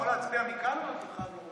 אני יכול להצביע מכאן או שאני חייב לרוץ?